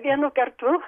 vienu kartu